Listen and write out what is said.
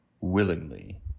willingly